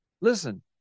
listen